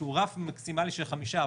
רף מקסימלי של חמישה,